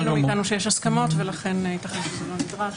הבינו מאיתנו שיש הסכמות, ולכן ייתכן שזה לא נדרש.